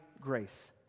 grace